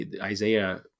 Isaiah